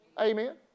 Amen